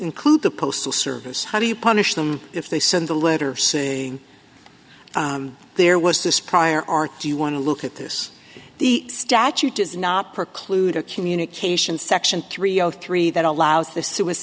include the postal service how do you punish them if they send a letter saying there was this prior art do you want to look at this the statute does not preclude a communications section three o three that allows the sui